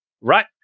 right